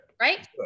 right